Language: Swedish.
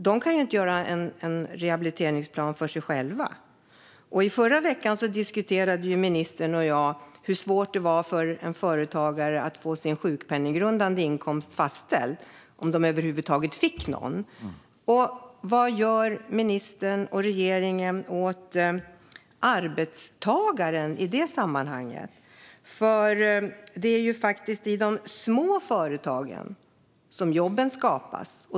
De kan inte göra en rehabiliteringsplan för sig själva. Förra veckan diskuterade ministern och jag hur svårt det är för en företagare att få sin sjukpenninggrundande inkomst fastställd, om de över huvud taget får någon. Vad gör ministern och regeringen åt arbetstagaren i det sammanhanget? Det är ju faktiskt i de små företagen som jobben skapas.